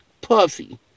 Puffy